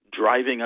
driving